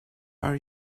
are